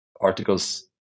Articles